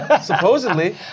Supposedly